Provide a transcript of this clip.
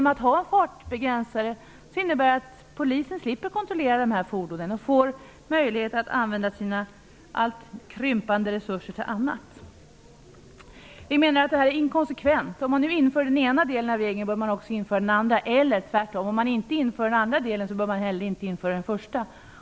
Om bilarna har fartbegränsare innebär det att polisen slipper kontrollera dessa fordon och har möjlighet att använda sina alltmer krympande resurser till annat. Detta är alltså inkonsekvent. Om man inför den ena delen av regeln bör man också införa den andra. Eller tvärtom: om man inte inför den andra delen bör man inte heller införa den första.